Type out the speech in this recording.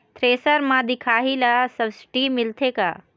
Thresher म दिखाही ला सब्सिडी मिलथे का?